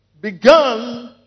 began